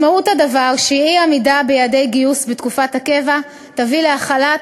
משמעות הדבר היא שאי-עמידה ביעדי גיוס בתקופת הקבע תביא להחלת